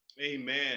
Amen